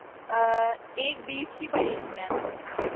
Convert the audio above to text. एक बीस की पड़ेगी मैंम